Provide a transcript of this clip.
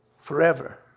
forever